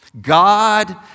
God